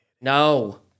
No